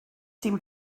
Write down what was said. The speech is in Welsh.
dim